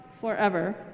forever